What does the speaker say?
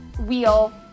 wheel